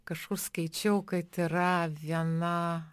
kažkur skaičiau kad yra viena